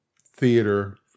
Theater